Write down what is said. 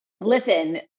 listen